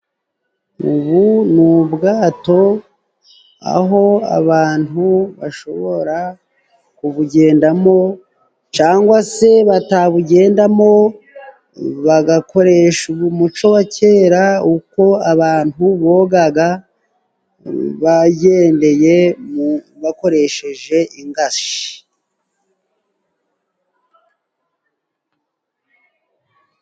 Ubu ni ubwato aho abantu bashobora kubugendamo, cangwa se batabugendamo bagakoresha umuco wa kera, uko abantu bogaga bagendeye, bakoresheje ingashi.